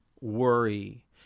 worry